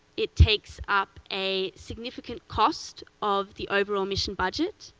it takes up a significant cost of the overall mission budget.